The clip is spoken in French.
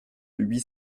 huit